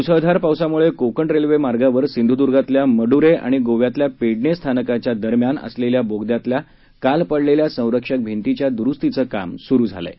मुसळधार पावसामुळे कोकण रेल्वे मार्गावर सिंधुदुर्गातल्या मडुरे आणि गोव्यातल्या पेडणे स्थानकांच्या दरम्यान असलेल्या बोगद्यातल्या काल पडलेल्या संरक्षक भिंतीच्या दुरुस्तीचं काम सुरु झालं आहे